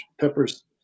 Peppers